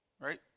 right